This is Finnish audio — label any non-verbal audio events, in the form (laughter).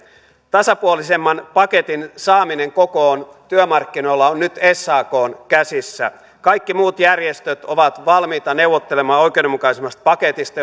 tasapuolisemman paketin saaminen kokoon työmarkkinoilla on nyt sakn käsissä kaikki muut järjestöt ovat valmiita neuvottelemaan oikeudenmukaisemmasta paketista (unintelligible)